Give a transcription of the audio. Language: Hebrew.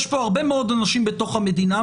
יש פה הרבה מאוד אנשים בתוך המדינה,